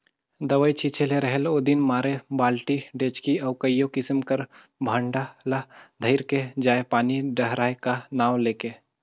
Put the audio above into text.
दवई छिंचे ले रहेल ओदिन मारे बालटी, डेचकी अउ कइयो किसिम कर भांड़ा ल धइर के जाएं पानी डहराए का नांव ले के